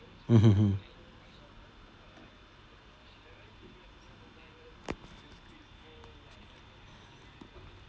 mmhmm hmm mm